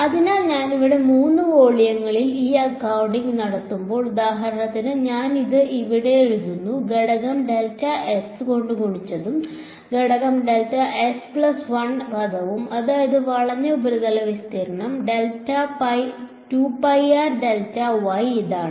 അതിനാൽ ഞാൻ ഇവിടെ 3 വോള്യങ്ങളിൽ ഈ അക്കൌണ്ടിംഗ് നടത്തുമ്പോൾ ഉദാഹരണത്തിന് ഞാൻ ഇത് ഇവിടെ എഴുതുന്നു ഘടകം കൊണ്ട് ഗുണിച്ചതും ഘടകവും പ്ലസ് 1 പദവും അതായത് വളഞ്ഞ ഉപരിതല വിസ്തീർണ്ണവും ഇതാണ്